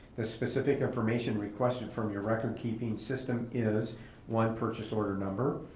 the specific information requested from your record keeping system is one, purchase order number.